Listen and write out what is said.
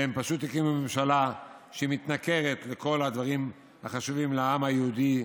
והם פשוט הקימו ממשלה שמתנכרת וכל הדברים החשובים לעם היהודי,